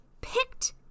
picked